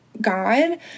God